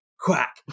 Quack